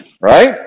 right